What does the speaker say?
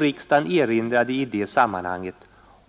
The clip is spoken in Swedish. Riksdagen erinrade i detta sammanhang